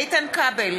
איתן כבל,